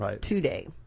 today